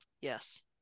Yes